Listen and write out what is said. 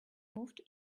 moved